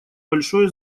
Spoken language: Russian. большое